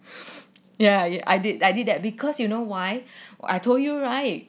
ya ya I did I did that because you know why I told you right